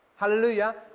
Hallelujah